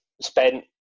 spent